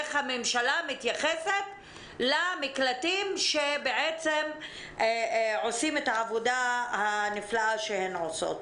איך הממשלה מתייחסת למקלטים שעושים את העבודה הנפלאה שהם עושים.